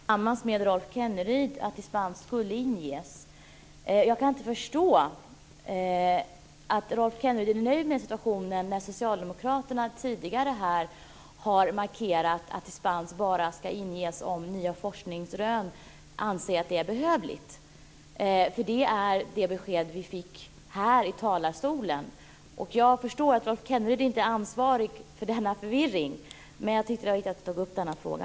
Fru talman! Jag hade gärna tillsammans med Rolf Kenneryd sett att dispensansökan skulle inges. Jag kan inte förstå att Rolf Kenneryd nu anser såsom socialdemokraterna tidigare här markerat, att dispensansökan bara ska inges om nya forskningsrön säger att det är behövligt. För det är det besked vi fick här från talarstolen. Jag förstår att Rolf Kenneryd inte är ansvarig för denna förvirring, men jag tyckte att det var viktigt att ta upp denna fråga.